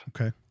Okay